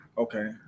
Okay